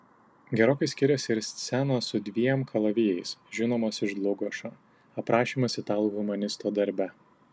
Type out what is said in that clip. gerokai skiriasi ir scenos su dviem kalavijais žinomos iš dlugošo aprašymas italų humanisto darbe